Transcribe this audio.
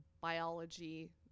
biology